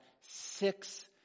six